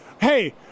Hey